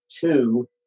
two